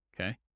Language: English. okay